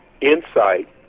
insight